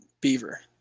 beaver